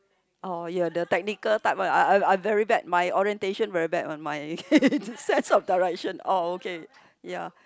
oh you're the technical type one I'm I'm very bad my orientation very bad one my sense of direction oh okay ya